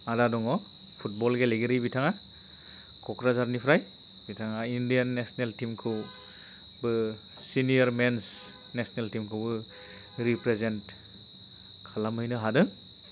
आदा दङ फुटबल गेलेगिरि बिथाङा क'क्राझारनिफ्राय बिथाङा इण्डियान नेसनेल टीमखौबो सिनिय'र मेन्स नेसनेल टीमखौबो रिप्रेजेन्ट खालामहैनो हादों